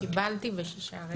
קיבלתי ב-6%.